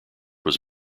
was